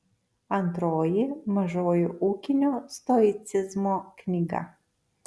antroji mažoji ūkinio stoicizmo knyga